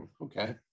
okay